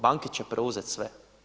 Banke će preuzet sve.